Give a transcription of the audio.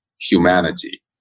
humanity